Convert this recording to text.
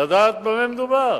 לדעת במה מדובר.